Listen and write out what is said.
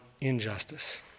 injustice